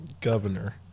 governor